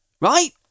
right